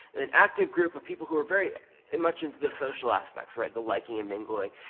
then, active group of people who are very much into the social aspects, right? the liking and mingling.